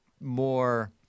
more